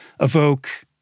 evoke